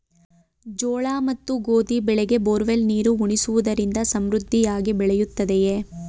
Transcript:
ಜೋಳ ಮತ್ತು ಗೋಧಿ ಬೆಳೆಗೆ ಬೋರ್ವೆಲ್ ನೀರು ಉಣಿಸುವುದರಿಂದ ಸಮೃದ್ಧಿಯಾಗಿ ಬೆಳೆಯುತ್ತದೆಯೇ?